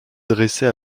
dressée